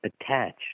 attached